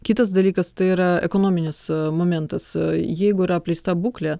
kitas dalykas tai yra ekonominis momentas jeigu yra apleista būklė